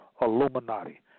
Illuminati